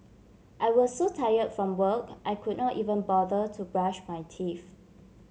I was so tired from work I could not even bother to brush my teeth